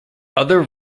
other